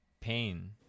pain